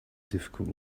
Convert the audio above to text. difficult